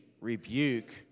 rebuke